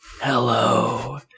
Hello